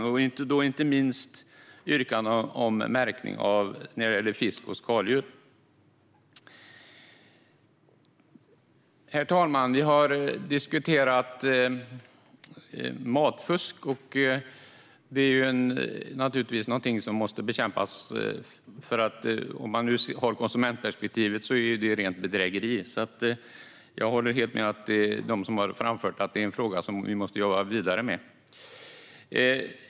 Det gäller inte minst yrkandet om märkning av fisk och skaldjur. Herr talman! Vi har diskuterat matfusk, och det är naturligtvis någonting som måste bekämpas. Ur ett konsumentperspektiv är detta nämligen rent bedrägeri, så jag håller helt med dem som har framfört att det är en fråga vi måste jobba vidare med.